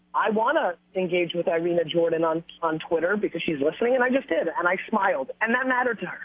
i want to engage with irina jordan on on twitter because she's listening and i just did and i smiled. and that mattered to her,